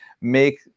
make